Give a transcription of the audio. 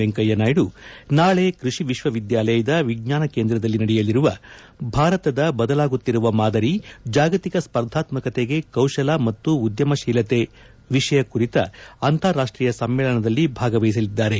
ವೆಂಕಯ್ಯ ನಾಯ್ದು ನಾಳೆ ಕೃಷಿ ವಿಶ್ವವಿದ್ಯಾಲಯದ ವಿಜ್ಞಾನ ಕೇಂದ್ರದಲ್ಲಿ ನಡೆಯಲಿರುವ ಭಾರತದ ಬದಲಾಗುತ್ತಿರುವ ಮಾದರಿ ಜಾಗತಿಕ ಸ್ಪರ್ಧಾತ್ಮಕತೆಗೆ ಕೌಶಲ ಮತ್ತು ಉದ್ದಮ ಶೀಲತೆ ವಿಷಯ ಕುರಿತ ಅಂತಾರಾಷ್ಟೀಯ ಸಮ್ಮೇಳನದಲ್ಲಿ ಭಾಗವಹಿಸಲಿದ್ದಾರೆ